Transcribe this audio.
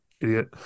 idiot